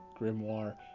grimoire